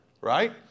right